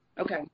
Okay